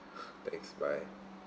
thanks bye